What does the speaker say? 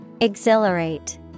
Exhilarate